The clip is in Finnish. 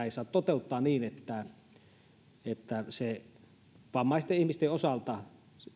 ei saa toteuttaa niin että että se vammaisten ihmisten osalta